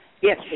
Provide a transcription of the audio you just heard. Yes